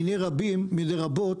מני רבות,